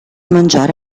mangiare